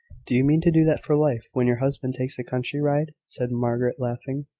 do you mean to do that for life, when your husband takes a country ride? said margaret, laughing.